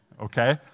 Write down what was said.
okay